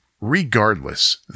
Regardless